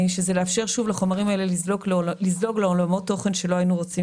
שהיא לא לאפשר לחומרים האלה לזלוג לעולמות תוכן שלא היינו רוצים.